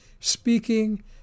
Speaking